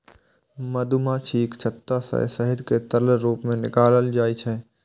मधुमाछीक छत्ता सं शहद कें तरल रूप मे निकालल जाइ छै